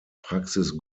praxis